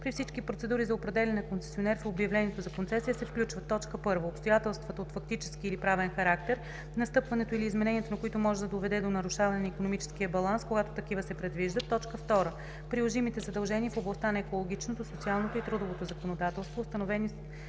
при всички процедури за определяне на концесионер в обявлението за концесия се включват: 1. обстоятелствата от фактически или правен характер, настъпването или изменението на които може да доведе до нарушаване на икономическия баланс – когато такива се предвиждат; 2. приложимите задължения в областта на екологичното, социалното и трудовото законодателство, установени с